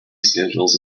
schedules